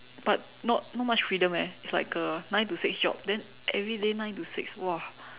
but not not much freedom eh it's like a nine to six job then everyday nine to six !wah!